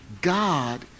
God